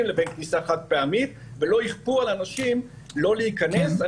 לבין כניסה חד פעמית ולא יכפו על אנשים לא להיכנס.